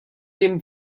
dem